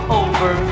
over